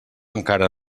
encara